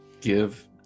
Give